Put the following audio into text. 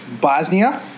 Bosnia